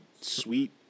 sweet